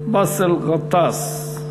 באסל גטאס.